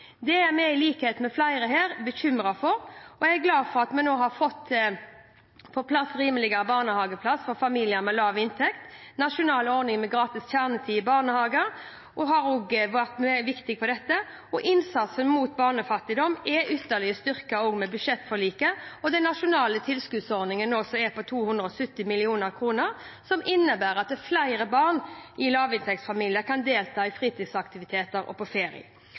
Det er vi i likhet med flere her bekymret for, og jeg er glad for at vi nå har fått på plass rimeligere barnehageplass for familier med lav inntekt. En nasjonal ordning med gratis kjernetid i barnehagen har også vært viktig for dette. Innsatsen mot barnefattigdom er ytterligere styrket med budsjettforliket, og den nasjonale tilskuddsordningen er nå på om lag 270 mill. kr, noe som innebærer at flere barn i lavinntektsfamilier kan delta i fritidsaktiviteter og dra på ferie.